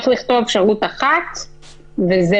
צריך לכתוב אפשרות אחת וזהו.